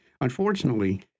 Unfortunately